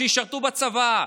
שישרתו בצבא,